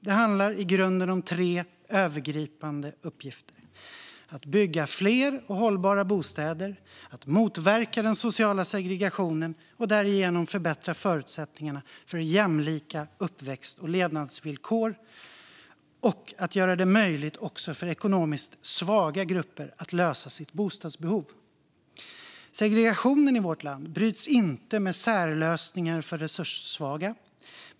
Det handlar i grunden om tre övergripande uppgifter: att bygga fler och hållbara bostäder, att motverka den sociala segregationen och därigenom förbättra förutsättningarna för jämlika uppväxt och levnadsvillkor och att göra det möjligt också för ekonomiskt svaga grupper att lösa sitt bostadsbehov. Segregationen i vårt land bryts inte med särlösningar för resurssvaga.